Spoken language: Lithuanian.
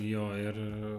jo ir